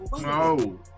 No